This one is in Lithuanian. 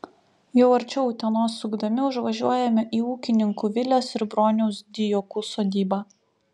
jau arčiau utenos sukdami užvažiuojame į ūkininkų vilės ir broniaus dijokų sodybą